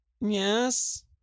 Yes